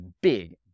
big